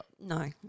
No